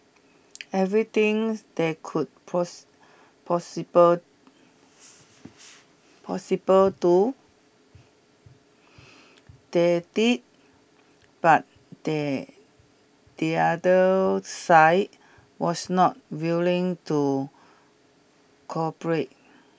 everything they could possible possible do they did but the the other side was not willing to cooperate